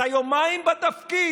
אתה יומיים בתפקיד,